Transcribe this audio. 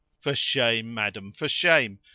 for shame, madam! for shame!